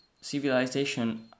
civilization